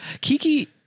Kiki